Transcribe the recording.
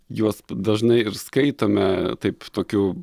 juos dažnai ir skaitome taip tokiu